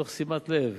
תוך שימת לב